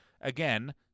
again